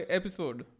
episode